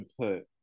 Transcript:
put